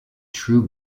true